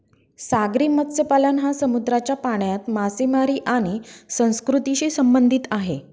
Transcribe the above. सागरी मत्स्यपालन हा समुद्राच्या पाण्यात मासेमारी आणि संस्कृतीशी संबंधित आहे